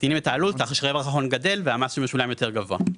מקטינים את העלות כך שרווח ההון גדל והמס המשולם יותר גבוה.